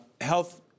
health